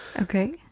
Okay